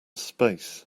space